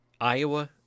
Iowa